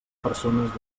persones